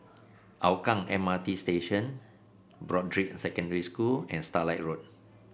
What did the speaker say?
Hougang M R T Station Broadrick Secondary School and Starlight Road